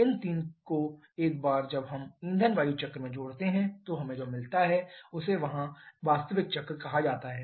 इन 3 को एक बार जब हम ईंधन वायु चक्र में जोड़ते हैं तो हमें जो मिलता है उसे यहाँ वास्तविक चक्र कहा जाता है